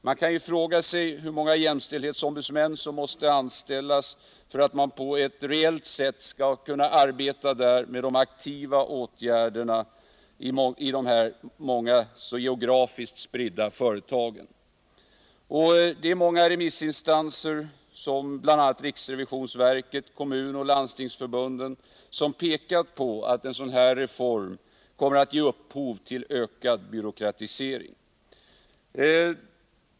Man kan fråga sig hur många jämställdhetsombudsmän som måste anställas för att man på ett reellt sätt skall kunna arbeta med aktiva åtgärder i alla dessa, ofta geografiskt spridda företag. Det är många remissinstanser, bl.a. riksrevisionsverket och kommunoch landstingsförbunden, som pekat på att en sådan här reform kommer att ge upphov till ökad byråkratisering.